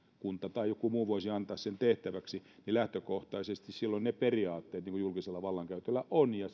kunta tai joku muu voisi antaa sen tehtäväksi niin lähtökohtaisesti silloin ne periaatteet olisivat niin kuin julkisella vallankäytöllä on ja